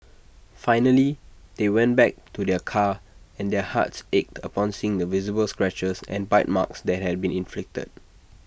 finally they went back to their car and their hearts ached upon seeing the visible scratches and bite marks that had been inflicted